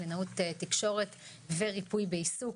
קלינאות תקשורת וריפוי בעיסוק.